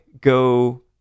go